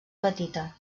petita